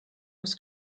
was